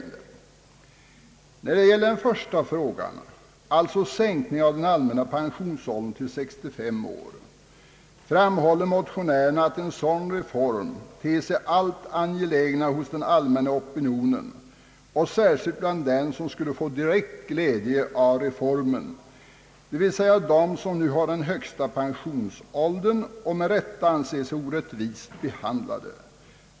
När det gäller den första frågan, alltså en sänkning av den allmänna pensionsåldern till 65 år, framhåller motionärerna att en sådan reform ter sig allt angelägnare för den allmänna opinionen och särskilt bland dem som skulle få direkt glädje av reformen, dvs. de som nu har den högsta pensionsåldern och med rätta anser sig orättvist behandlade.